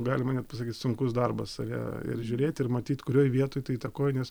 galima net sunkus darbas save ir žiūrėt ir matyt kurioj vietoj tu įtakoji nes